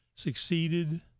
succeeded